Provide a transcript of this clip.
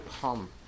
come